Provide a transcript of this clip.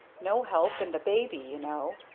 no help, and the baby, you know.